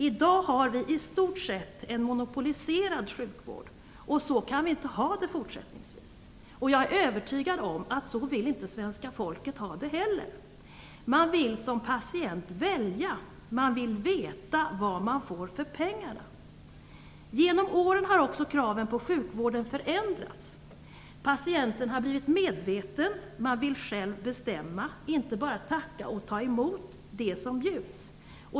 I dag har vi i stort sett en monopoliserad sjukvård, och så kan vi inte ha det fortsättningsvis. Jag är övertygad om att så vill svenska folket inte heller ha det. Man vill som patient välja. Man vill veta vad man får för pengarna. Genom åren har också kraven på sjukvården förändrats. Patienten har blivit medveten. Man vill själv bestämma, inte bara tacka och ta emot det som bjuds.